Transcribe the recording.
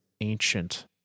ancient